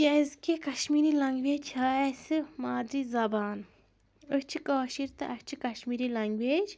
کیازِ کہِ کشمیری لَنٛگوَیٚج چھِ اَسہِ مادرِی زبان أسۍ چھِ کٲشِر تہٕ اَسہِ چھِ کشمیری لَنٛگوَیٚج